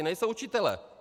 Nejsou učitelé.